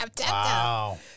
Wow